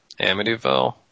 Amityville